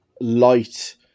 light